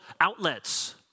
outlets